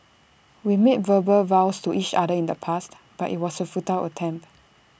we made verbal vows to each other in the past but IT was A futile attempt